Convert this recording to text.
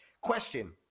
Question